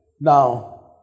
Now